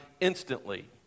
instantly